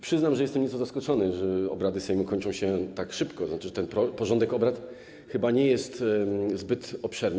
Przyznam, że jestem nieco zaskoczony, że obrady Sejmu kończą się tak szybko, a to znaczy, że porządek obrad chyba nie jest zbyt obszerny.